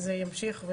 זה ימשיך.